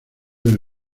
del